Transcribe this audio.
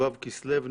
כ"ו בכסלו,